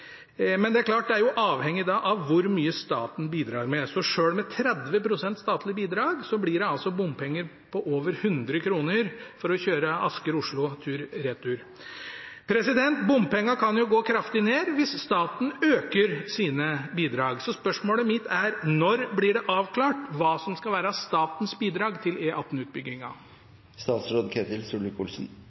men det er klart at det er avhengig av hvor mye staten bidrar med. Så selv med 30 pst. statlig bidrag blir det altså bompenger på over 100 kr for å kjøre Asker–Oslo tur-retur. Bompengene kan jo gå kraftig ned hvis staten øker sine bidrag. Så spørsmålet mitt er: Når blir det avklart hva som skal være statens bidrag til